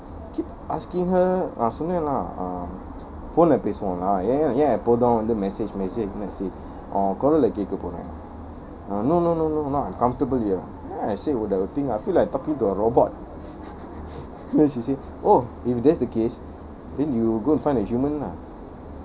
keep asking her uh phone ல பேசுவம்:la peasuwam lah uh ஏன் எப்போதும்:ean eppothum message message message உன் குரல கேக்கனும்:un kural eh keakanum uh no no no no not uncomfortable then I say the thing I feel like I'm talking to a robot then she say oh if that's the case then you go and find a human lah